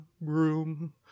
room